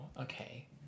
okay